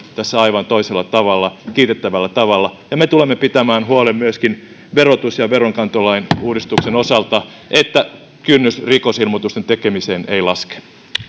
tässä aivan toisella kiitettävällä tavalla me tulemme pitämään huolen myöskin verotusmenettely ja veronkantolakien uudistuksen osalta siitä että kynnys rikosilmoitusten tekemiseen ei laske